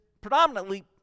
predominantly